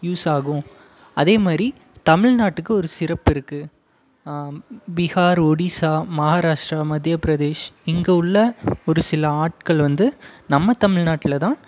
யூஸ்ஸாகும் அதே மாதிரி தமிழ்நாட்டுக்கு ஒரு சிறப்பு இருக்குது பீகார் ஒடிசா மகாராஷ்டிரா மத்திய பிரதேஷ் இங்கே உள்ள ஒரு சில ஆட்கள் வந்து நம்ம தமிழ் நாட்டில் தான்